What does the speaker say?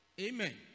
amen